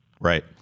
Right